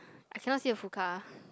I cannot see a full car